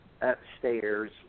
upstairs